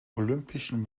olympischen